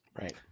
Right